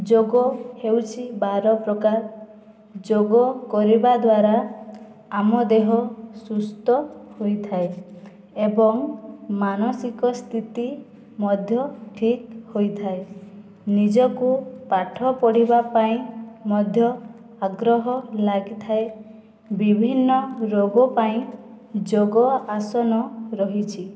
ଯୋଗ ହେଉଛି ବାର ପ୍ରକାର ଯୋଗ କରିବା ଦ୍ଵାରା ଆମ ଦେହ ସୁସ୍ଥ ହୋଇଥାଏ ଏବଂ ମାନସିକ ସ୍ଥିତି ମଧ୍ୟ ଠିକ୍ ହୋଇଥାଏ ନିଜକୁ ପାଠ ପଢ଼ିବା ପାଇଁ ମଧ୍ୟ ଆଗ୍ରହ ଲାଗିଥାଏ ବିଭିନ୍ନ ରୋଗ ପାଇଁ ଯୋଗ ଆସନ ରହିଛି